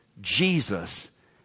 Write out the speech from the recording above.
Jesus